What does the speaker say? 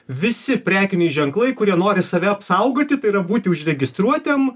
visi prekiniai ženklai kurie nori save apsaugoti tai yra būti užregistruotiem